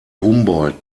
humboldt